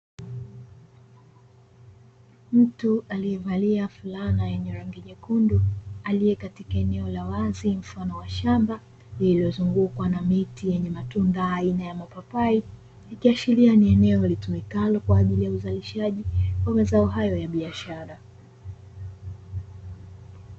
Mtu aliyevalia fulana yenye rangi nyekundu aliye katika eneo la wazi mfano wa shamba lililozungukwa na miti yenye matunda aina ya mapapai, ikiashiria ni eneo lilitumikalo kwa ajili ya uzalishaji wa mazao hayo ya biashara.